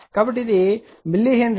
కాబట్టి ఇది మిల్లీహెన్రీ